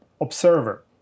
observer